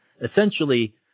essentially –